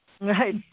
Right